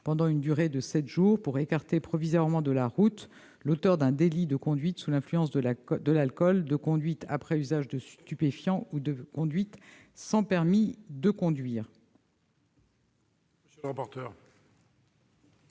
pendant une durée de sept jours, pour écarter provisoirement de la route l'auteur d'un délit de conduite sous l'influence de l'alcool, de conduite après usage de stupéfiants ou de conduite sans permis de conduire.